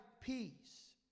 peace